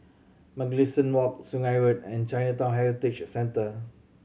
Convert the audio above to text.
Mugliston Walk Sungei Road and Chinatown Heritage Centre